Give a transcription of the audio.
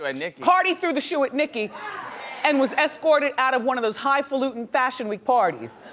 ah nicki. cardi threw the shoe at nicki and was escorted out of one of those highfalutin fashion week parties.